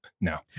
No